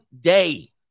day